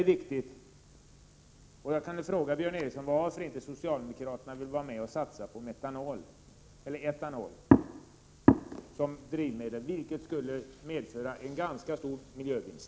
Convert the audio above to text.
En viktig fråga som jag vill ställa till Björn Ericson är varför inte socialdemokraterna vill vara med om att satsa på etanol som drivmedel. Det skulle nämligen medföra en ganska stor miljövinst.